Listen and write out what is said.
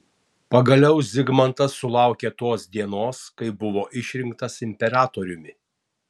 pagaliau zigmantas sulaukė tos dienos kai buvo išrinktas imperatoriumi